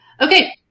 Okay